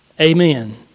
Amen